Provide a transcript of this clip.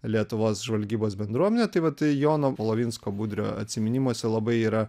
lietuvos žvalgybos bendruomenė tai vat jono palavinsko budrio atsiminimuose labai yra